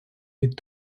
від